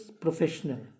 Professional